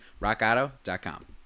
rockauto.com